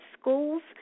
schools